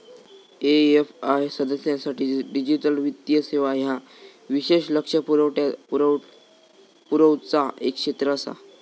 AFI सदस्यांसाठी digital वित्तीय सेवा ह्या विशेष लक्ष पुरवचा एक क्षेत्र आसा